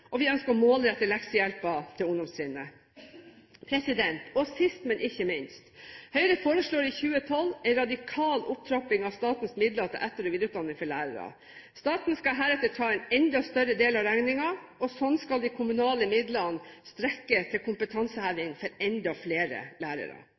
og vi ønsker å målrette leksehjelpen til ungdomstrinnet. Sist, men ikke minst: Høyre foreslår i 2012 en radikal opptrapping av statens midler til etter- og videreutdanning for lærere. Staten skal heretter ta en enda større del av regningen. Slik skal de kommunale midlene rekke til